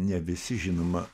ne visi žinoma